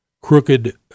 crooked